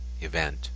event